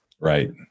Right